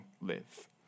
live